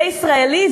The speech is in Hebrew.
זה ישראלי?